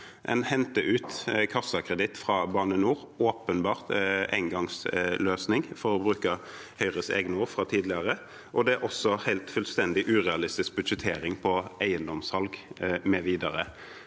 En henter ut kassakreditt fra Bane NOR – åpenbart en engangsløsning, for å bruke Høyres egne ord fra tidligere – og det er også helt fullstendig urealistisk budsjettering på eiendomssalg mv.